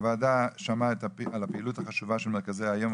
הוועדה שמעה על הפעילות החשובה של מרכזי היום,